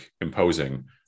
imposing